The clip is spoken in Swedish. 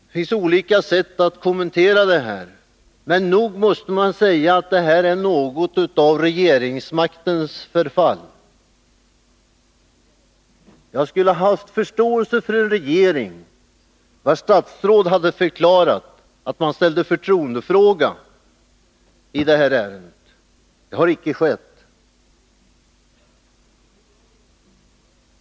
Det finns olika sätt att kommentera detta på, men nog måste man säga att det är något av regeringsmaktens förfall. Jag skulle ha haft förståelse för en regering, vars statsråd hade förklarat att man ställde förtroendefråga i detta ärende. Det har icke skett.